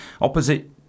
Opposite